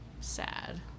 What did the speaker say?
sad